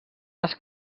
les